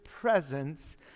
presence